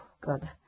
God